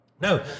No